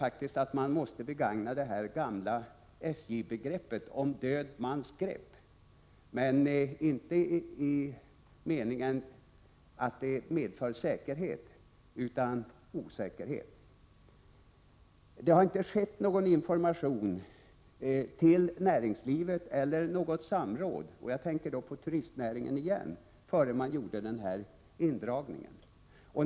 Jag tycker att man här kan använda det gamla SJ-begreppet ”död mans föyckselé grepp”, men inte i den meningen att det medför säkerhet, utan osäkerhet. Det har inte lämnats någon information till näringslivet eller skett något samråd — jag tänker då återigen på turistnäringen — innan man gjorde denna indragning.